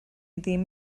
ddim